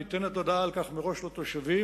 ניתנת הודעה על כך מראש לתושבים,